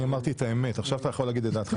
אני אמרתי את האמת עכשיו אתה יכול להגיד את דעתך,